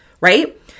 right